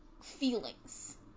feelings